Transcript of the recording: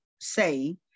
say